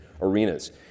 arenas